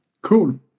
Cool